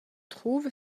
trouve